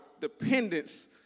dependence